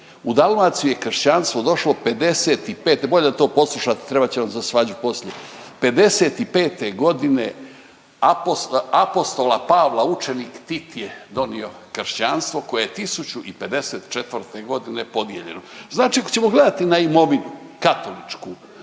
u Dalmaciju je kršćanstvo došlo 55-te, bolje da poslušate trebat će vam za svađu poslije, '55. godine Apostola Pavla učenik Tit je donio kršćanstvo koje je 1054. godine podijeljeno. Znači ako ćemo gledati na imovinu katoličku